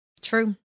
True